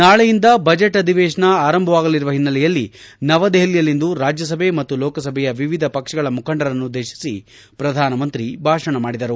ನಾಳೆಯಿಂದ ಬಜೆಟ್ ಅಧಿವೇಶನ ಆರಂಭವಾಗಲಿರುವ ಹಿನ್ನೆಲೆಯಲ್ಲಿ ನವದೆಹಲಿಯಲ್ಲಿಂದು ರಾಜ್ಯ ಸಭೆ ಮತ್ತು ಲೋಕಸಭೆಯ ವಿವಿಧ ಪಕ್ಷಗಳ ಮುಖಂಡರನ್ನು ಉದ್ದೇಶಿಸಿ ಪ್ರಧಾನಮಂತ್ರಿ ಭಾಷಣ ಮಾಡಿದರು